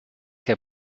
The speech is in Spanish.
que